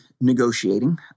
negotiating